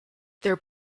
their